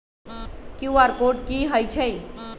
QR code कि हई छई?